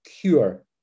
cure